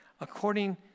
According